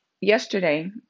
Yesterday